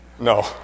No